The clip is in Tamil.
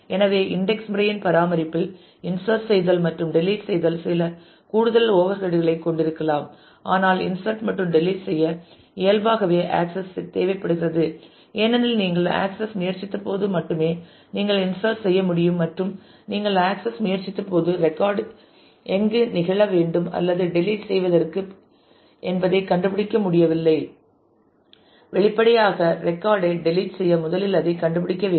எனவே இன்டெக்ஸ் முறையின் பராமரிப்பில் இன்சர்ட் செய்தல் மற்றும் டெலிட் செய்தல் சில கூடுதல் ஓவர்ஹெட் களைக் கொண்டிருக்கலாம் ஆனால் இன்சட் மற்றும் டெலிட் செய்ய இயல்பாகவே ஆக்சஸ் தேவைப்படுகிறது ஏனெனில் நீங்கள் ஆக்சஸ் முயற்சித்தபோது மட்டுமே நீங்கள் இன்சட் செய்ய முடியும் மற்றும் நீங்கள் ஆக்சஸ் முயற்சித்தபோது ரெக்கார்ட் எங்கு நிகழ வேண்டும் அல்லது டெலிட் செய்வதற்கு என்பதைக் கண்டுபிடிக்கவில்லை வெளிப்படையாக ரெக்கார்ட் ஐ டெலிட் செய்ய முதலில் அதை கண்டுபிடிக்க வேண்டும்